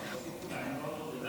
זה לא אני.